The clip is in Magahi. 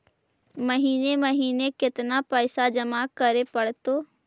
महिने महिने केतना पैसा जमा करे पड़तै?